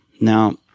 Now